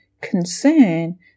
concern